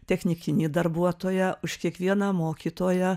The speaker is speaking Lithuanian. technikinį darbuotoją už kiekvieną mokytoją